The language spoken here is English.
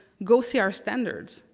go see our standards,